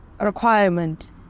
requirement